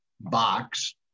box